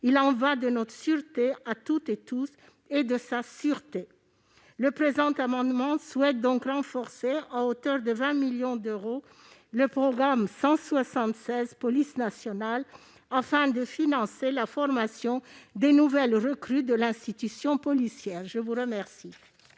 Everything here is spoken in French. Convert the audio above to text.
Il y va de notre sûreté à tous, comme de la sienne. Le présent amendement vise ainsi à renforcer, à hauteur de 20 millions d'euros, le programme 176, « Police nationale », afin de financer la formation des nouvelles recrues de l'institution policière. L'amendement